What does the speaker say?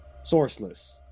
Sourceless